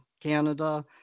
Canada